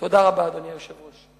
תודה רבה, אדוני היושב-ראש.